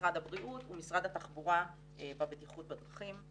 משרד הבריאות ומשרד התחבורה והבטיחות בדרכים.